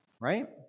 right